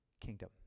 kingdom